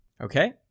Okay